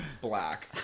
Black